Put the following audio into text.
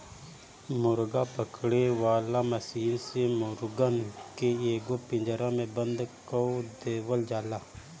मुर्गा पकड़े वाला मशीन से मुर्गन के एगो पिंजड़ा में बंद कअ देवल जाला